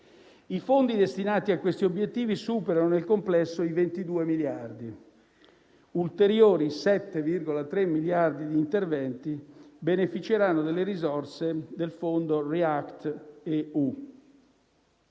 I fondi destinati a questi obiettivi superano nel complesso i 22 miliardi di euro e ulteriori 7,3 miliardi di euro di interventi beneficeranno delle risorse del Fondo React-EU.